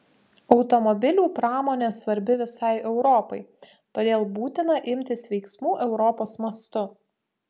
automobilių pramonė svarbi visai europai todėl būtina imtis veiksmų europos mastu